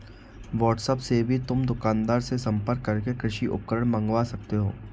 WhatsApp से भी तुम दुकानदार से संपर्क करके कृषि उपकरण मँगवा सकते हो